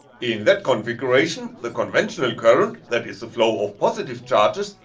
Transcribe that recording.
in that configuration the conventional current, that is a flow of positive charges,